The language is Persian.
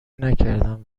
نکردم